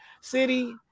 city